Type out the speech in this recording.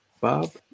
Bob